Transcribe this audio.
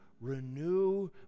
renew